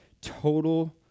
total